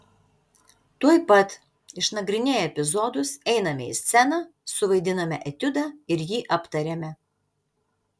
tuoj pat išnagrinėję epizodus einame į sceną suvaidiname etiudą ir jį aptariame